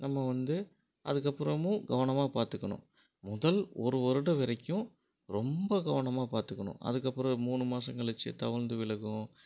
நம்ம வந்து அதற்கப்பறமும் கவனமாக பார்த்துக்கணும் முதல் ஒரு வருடம் வரைக்கும் ரொம்ப கவனமாக பார்த்துக்கணும் அதற்கப்பறம் மூணு மாதம் கழிச்சு தவழ்ந்து விழுகும்